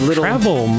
travel